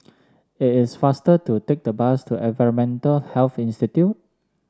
it is faster to take the bus to Environmental Health Institute